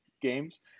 games